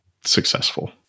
successful